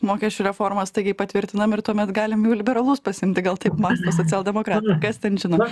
mokesčių reformą staigiai patvirtinam ir tuomet galim jau liberalus pasiimti gal taip mąsto socialdemokratai kas ten žino